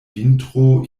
vintro